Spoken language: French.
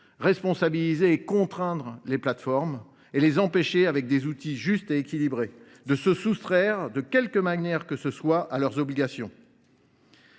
responsabiliser et contraindre les plateformes et les empêcher, avec des outils justes et équilibrés, de se soustraire, de quelque manière que ce soit, à leurs obligations.